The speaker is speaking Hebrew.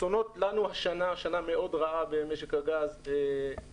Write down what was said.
השנה הייתה שנה מאוד רעה במשק הגז והיא